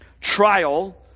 trial